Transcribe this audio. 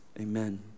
amen